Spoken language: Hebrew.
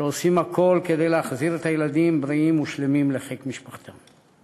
שעושים הכול כדי להחזיר את הילדים בריאים ושלמים לחיק משפחתם.